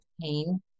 pain